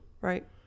Right